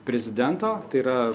prezidento tai yra